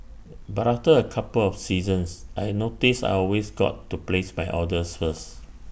but after A couple of seasons I noticed I always got to place my orders first